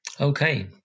Okay